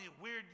weird